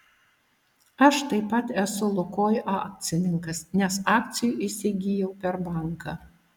aš taip pat esu lukoil akcininkas nes akcijų įsigijau per banką